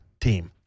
team